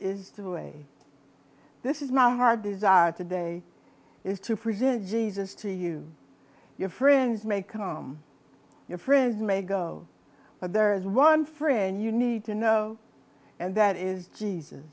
is the way this is not hard today is to present jesus to you your friends may come your friends may go but there is one friend you need to know and that is jesus